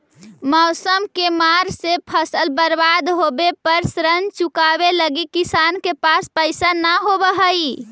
मौसम के मार से फसल बर्बाद होवे पर ऋण चुकावे लगी किसान के पास पइसा न होवऽ हइ